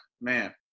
man